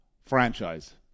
franchise